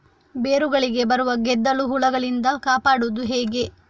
ಬೇರುಗಳಿಗೆ ಬರುವ ಗೆದ್ದಲು ಹುಳಗಳಿಂದ ಕಾಪಾಡುವುದು ಹೇಗೆ?